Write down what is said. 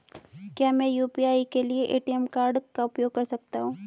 क्या मैं यू.पी.आई के लिए ए.टी.एम कार्ड का उपयोग कर सकता हूँ?